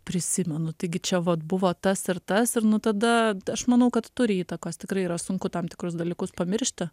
prisimenu taigi čia vat buvo tas ir tas ir nu tada aš manau kad turi įtakos tikrai yra sunku tam tikrus dalykus pamiršti